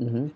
mmhmm